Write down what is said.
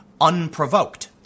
unprovoked